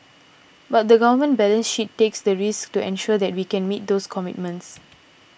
but the Government balance sheet takes the risk to ensure that we can meet those commitments